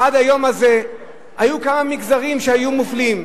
עד היום הזה היו כמה מגזרים שהיו מופלים,